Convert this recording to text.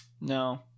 no